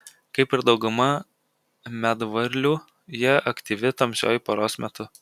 kaip ir dauguma medvarlių ji aktyvi tamsiuoju paros metu